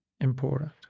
important